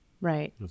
Right